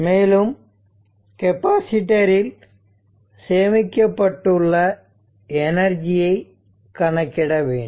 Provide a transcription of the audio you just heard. மேலும் கெப்பாசிட்டரில் சேமிக்கப்பட்டுள்ள எனர்ஜியை கணக்கிட வேண்டும்